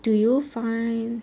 do you find